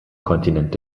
kontinent